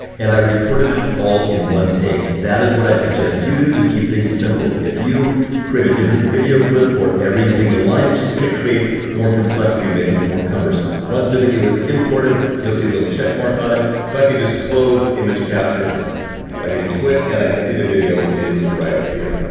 and i recorded it all in one take. that is what i suggest you do to keep things simple. if you create a different video clip for every single line, it's just gonna create more complexity, make things more cumbersome. once the video is imported, you'll see a little check mark on it. so i can just close image capture by hitting quit and i can see the video is right up here.